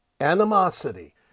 animosity